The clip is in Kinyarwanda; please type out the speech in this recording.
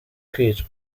kwicwa